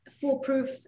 foolproof